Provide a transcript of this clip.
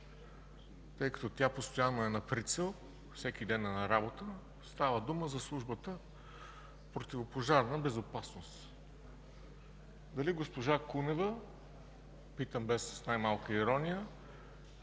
тъй като тя постоянно е на прицел, всеки ден е на работа. Става дума за Службата „Противопожарна безопасност”. Дали госпожа Кунева – питам без най-малката ирония,